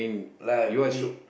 like we